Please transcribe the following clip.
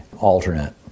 Alternate